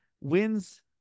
wins